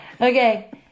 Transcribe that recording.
Okay